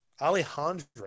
Alejandro